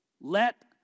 Let